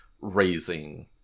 raising